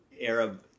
Arab